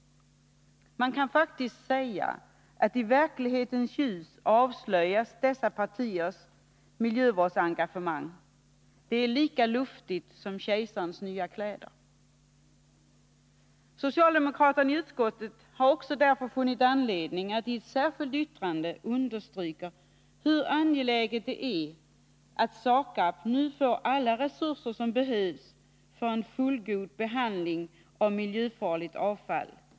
Man kan faktiskt säga att dessa partiers miljövårdsengagemang avslöjas i verklighetens ljus — det är lika luftigt som kejsarens nya kläder! Vi socialdemokrater i utskottet har därför funnit anledning att i ett särskilt yttrande understryka hur angeläget det är att SAKAB nu får alla de resurser som behövs för en fullgod behandling av miljöfarligt avfall.